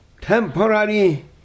temporary